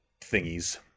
thingies